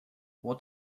what